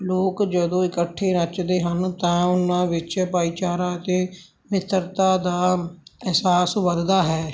ਲੋਕ ਜਦੋਂ ਇਕੱਠੇ ਨੱਚਦੇ ਹਨ ਤਾਂ ਉਹਨਾਂ ਵਿੱਚ ਭਾਈਚਾਰਾ ਅਤੇ ਮਿੱਤਰਤਾ ਦਾ ਅਹਿਸਾਸ ਵਧਦਾ ਹੈ